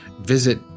Visit